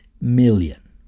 million